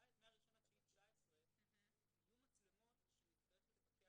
בספטמבר 2019 תהיינה מצלמות שנצטרך לפקח